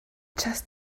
just